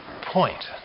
point